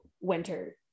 Winter